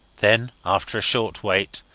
then, after a short wait,